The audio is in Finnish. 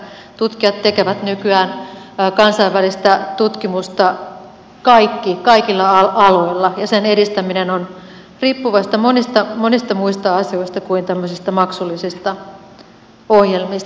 tutkijat tekevät nykyään kansainvälistä tutkimusta kaikilla aloilla ja sen edistäminen on riippuvaista monista muista asioista kuin tämmöisistä maksullisista ohjelmista